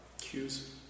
cues